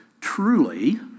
Truly